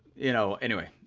you know, anyway.